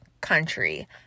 country